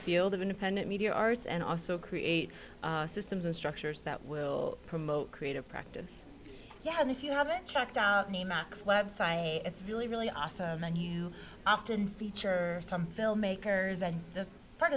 field of independent media arts and also create systems and structures that will promote creative practice yeah and if you haven't checked out any not this website it's really really awesome and you often feature some filmmakers and the part